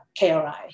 KRI